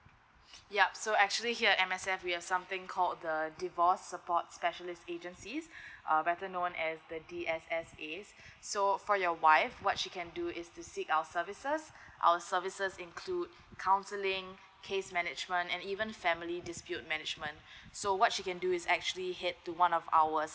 yup so actually here M_S_F we have something called the divorce support specialist agency uh better known as the D_S_S_A so for your wife what she can do is to seek our services our services include counselling case management and even family dispute management so what she can do is actually head to one of ours